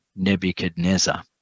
Nebuchadnezzar